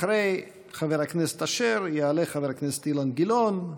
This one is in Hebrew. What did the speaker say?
אחרי חבר הכנסת אשר יעלו חברי הכנסת אילן גילאון,